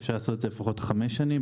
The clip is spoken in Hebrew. אפשר לעשות את זה לפחות חמש שנים,